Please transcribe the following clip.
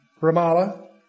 Ramallah